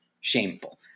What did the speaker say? Shameful